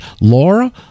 laura